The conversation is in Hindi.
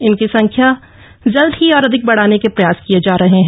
जिनकी संख्या जल्द ही और अधिक बढ़ाने के प्रयास किये जा रहे है